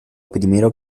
primero